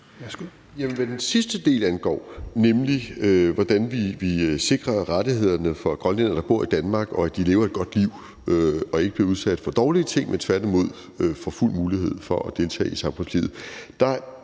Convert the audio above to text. Hvad den sidste del angår, nemlig hvordan vi sikrer rettighederne for grønlændere, der bor i Danmark, og at de lever et godt liv og ikke bliver udsat for dårlige ting, men tværtimod får mulighed for at deltage i samfundslivet,